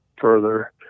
further